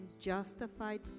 justified